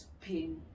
pin